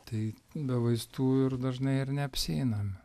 tai be vaistų ir dažnai ir neapsieiname